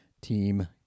team